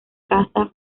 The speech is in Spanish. caza